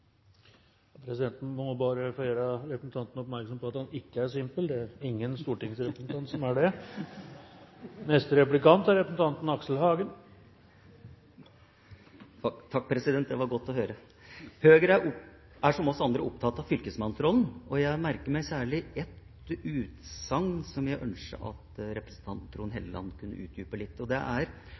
Presidenten må bare få gjøre representanten oppmerksom på at han ikke er simpel; det er ingen stortingsrepresentant som er det. Det var godt å høre, president! Høyre er, som oss andre, opptatt av fylkesmannsrollen, og jeg merker meg særlig ett utsagn, som jeg ønsker at representanten Trond Helleland kan utdype litt.